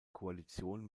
koalition